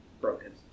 broken